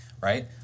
right